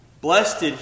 Blessed